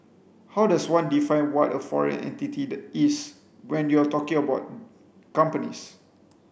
how does one define what a foreign entity is when you're talking about companies